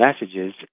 messages